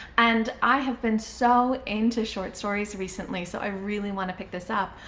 and i have been so into short stories recently, so i really want to pick this up.